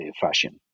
fashion